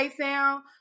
sound